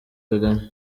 kagame